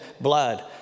blood